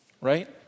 Right